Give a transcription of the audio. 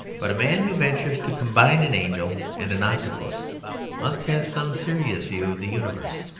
but a man who ventures to combine an angel and an octopus must have some serious view of the universe.